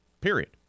period